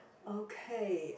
okay